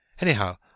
Anyhow